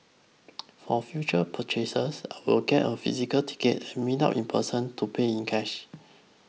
for future purchases I will get a physical ticket and meet up in person to pay in cash